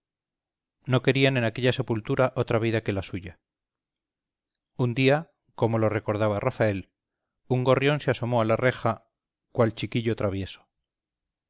no querían en aquella sepultura otra vida que la suya un día cómo lo recordaba rafael un gorrión se asomó a la reja cual chiquillo travieso